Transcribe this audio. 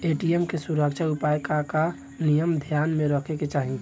ATM के सुरक्षा उपाय के का का नियम ध्यान में रखे के चाहीं?